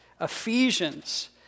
Ephesians